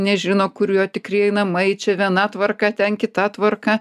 nežino kur jo tikrieji namai čia viena tvarka ten kita tvarka